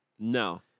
No